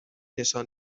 نشان